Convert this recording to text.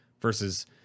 versus